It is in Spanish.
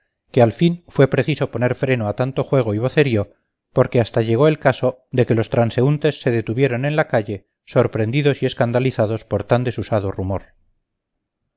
que al fin fue preciso poner freno a tanto juego y vocerío porque hasta llegó el caso de que los transeúntes se detuvieran en la calle sorprendidos y escandalizados por tan desusado rumor